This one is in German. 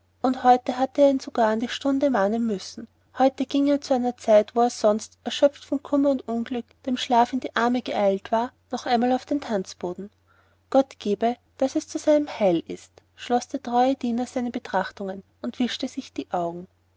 und heute hatte er ihn sogar an die stunde mahnen müssen heute ging er zu einer zeit wo er sonst erschöpft von kummer und unglück dem schlaf in die arme geeilt war noch einmal auf den tanzboden gott gebe daß es zu seinem heil ist schloß der treue diener seine betrachtungen und wischte sich die augen